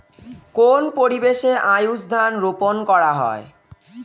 কোন পরিবেশে আউশ ধান রোপন করা হয়?